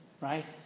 Right